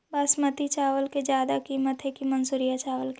बासमती चावल के ज्यादा किमत है कि मनसुरिया चावल के?